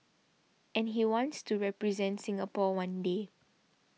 and he wants to represent Singapore one day